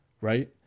Right